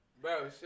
Bro